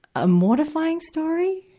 a mortifying story?